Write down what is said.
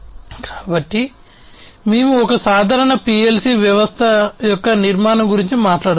కాబట్టి మేము ఒక సాధారణ PLC వ్యవస్థ యొక్క నిర్మాణం గురించి మాట్లాడుతాము